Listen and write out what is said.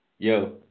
Yo